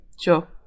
Sure